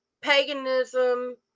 paganism